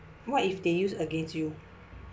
what if they use against you